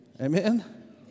Amen